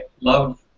love